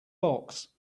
box